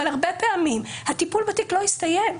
אבל הרבה פעמים הטיפול בתיק לא הסתיים,